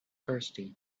thirsty